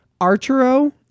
Archero